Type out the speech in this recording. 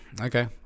Okay